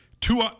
Two